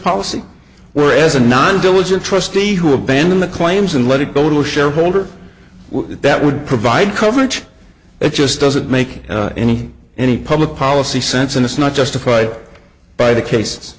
policy whereas a non diligent trustee who abandon the claims and let it go to a shareholder that would provide coverage it just doesn't make any any public policy sense and it's not justified by the case